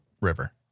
River